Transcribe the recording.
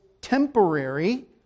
temporary